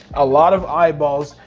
a lot of eyeballs,